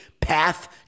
Path